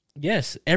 Yes